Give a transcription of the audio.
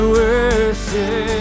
worship